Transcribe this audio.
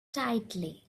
tightly